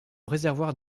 réservoir